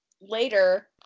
later